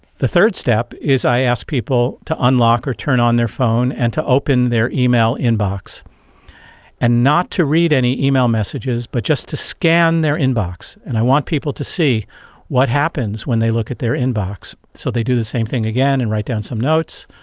the third step is i ask people to unlock or turn on their phone and to open their email inbox and not to read any email messages but just to scan their inbox. and i want people to see what happens when they look at their inbox. so they do the same thing again and write down some notes.